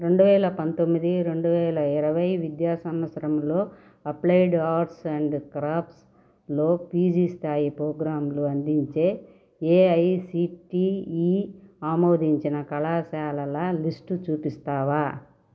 రెండు వేల పంతొమ్మిది రెండు వేల ఇరవై విద్యా సంవత్సరంలో అప్లైడ్ ఆర్ట్స్ అండ్ క్రాఫ్ట్స్లో పీజీ స్థాయి ప్రోగ్రాములు అందించే ఏఐసిటిఈ ఆమోదించిన కళాశాలల లిస్ట్ చూపిస్తావా